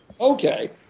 Okay